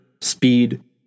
speed